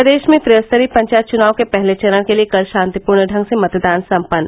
प्रदेश में त्रिस्तरीय पंचायत चुनाव के पहले चरण के लिये कल शांतिपूर्ण ढंग से मतदान सम्पन्न